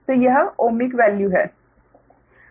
तो यह ohmic value है